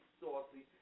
saucy